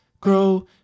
grow